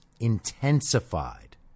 Intensified